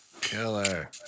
Killer